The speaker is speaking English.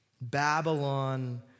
Babylon